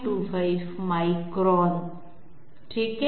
25 micron ठीक आहे